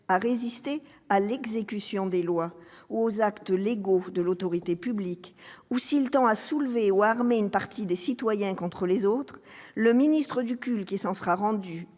à résister à l'exécution des lois ou aux actes légaux de l'autorité publique, ou s'il tend à soulever ou à armer une partie des citoyens contre les autres, le ministre du culte qui s'en sera rendu